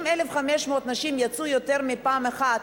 אם 1,500 נשים יצאו יותר מפעם אחת,